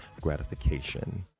gratification